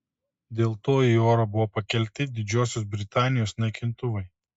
dėl to į orą buvo pakelti didžiosios britanijos naikintuvai